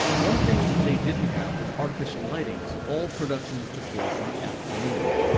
one thing they didn't have was artificial lighting, so all productions took place in the afternoon.